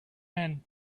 man